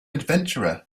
adventurer